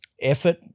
effort